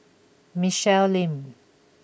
Michelle Lim